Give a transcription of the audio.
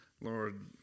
Lord